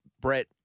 Brett